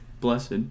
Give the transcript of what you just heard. blessed